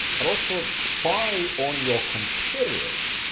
but also ah spy on your competitors.